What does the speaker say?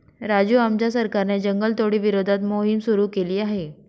राजू आमच्या सरकारने जंगलतोडी विरोधात मोहिम सुरू केली आहे